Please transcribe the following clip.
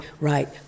right